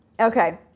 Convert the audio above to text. Okay